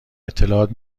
اطلاعات